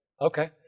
Okay